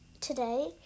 today